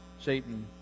Satan